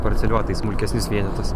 parceliuoti į smulkesnius vienetus